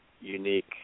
unique